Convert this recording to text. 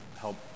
help